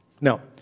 now